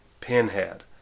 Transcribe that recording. pinhead